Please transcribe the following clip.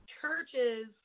churches